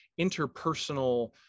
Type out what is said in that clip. interpersonal